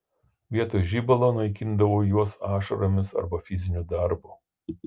vietoj žibalo naikindavau juos ašaromis arba fiziniu darbu